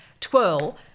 twirl